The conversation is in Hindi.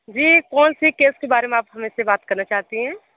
जी कौन सी केस के बारे में आप हमसे बात करना चाहती हैं